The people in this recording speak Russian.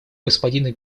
господина